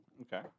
Okay